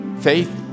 faith